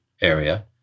area